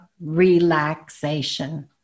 relaxation